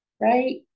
right